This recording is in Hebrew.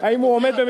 אם הוא עומד,